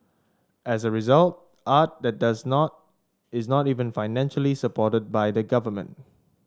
as a result art that does not is not even financially supported by the government